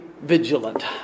vigilant